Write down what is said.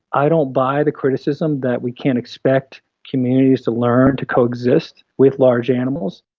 i don't buy the criticism that we can't expect communities to learn to coexist with large animals.